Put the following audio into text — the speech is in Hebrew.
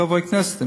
חברי הכנסת,